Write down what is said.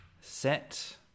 set